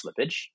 slippage